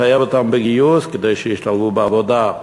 לחייב אותם בגיוס, כדי שישתלבו בעבודה,